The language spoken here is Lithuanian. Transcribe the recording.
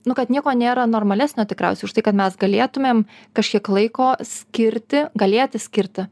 nu kad nieko nėra normalesnio tikriausiai už tai kad mes galėtumėm kažkiek laiko skirti galėti skirti